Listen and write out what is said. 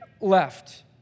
left